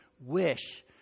wish